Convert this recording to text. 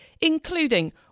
including